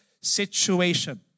situation